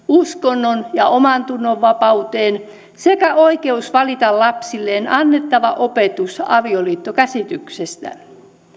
uskonnon ja omantunnonvapauteen sekä oikeus valita lapsilleen annettava opetus avioliittokäsityksestä